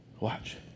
watch